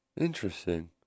Interesting